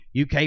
UK